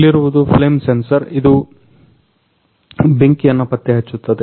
ಇಲ್ಲಿರುವುದು flame sensor ಇದು ಬೆಂಕಿಯನ್ನ ಪತ್ತೆಹಚ್ಚುತ್ತದೆ